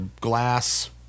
glass